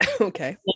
okay